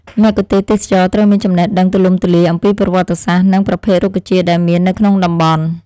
មគ្គុទ្ទេសក៍ទេសចរណ៍ត្រូវមានចំណេះដឹងទូលំទូលាយអំពីប្រវត្តិសាស្ត្រ និងប្រភេទរុក្ខជាតិដែលមាននៅក្នុងតំបន់។